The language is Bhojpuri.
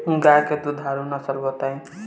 गाय के दुधारू नसल बताई?